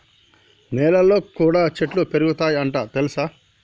నెలల్లో కూడా చెట్లు పెరుగుతయ్ అంట తెల్సా